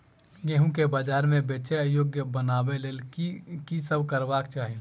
गेंहूँ केँ बजार मे बेचै योग्य बनाबय लेल की सब करबाक चाहि?